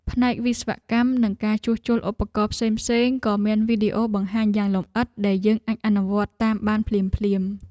ផ្នែកវិស្វកម្ម និងការជួសជុលឧបករណ៍ផ្សេងៗក៏មានវីដេអូបង្ហាញយ៉ាងលម្អិតដែលយើងអាចអនុវត្តតាមបានភ្លាមៗ។